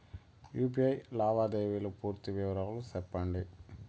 UPI లావాదేవీల పూర్తి వివరాలు సెప్పండి?